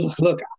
look